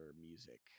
music